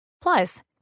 Plus